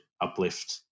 uplift